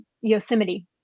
yosemite